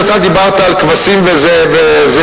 כשאתה דיברת על כבשים וזאבים,